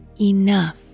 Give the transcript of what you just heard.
enough